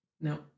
no